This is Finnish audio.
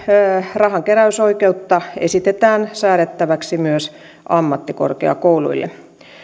rahankeräysoikeutta esitetään säädettäväksi myös ammattikorkeakouluille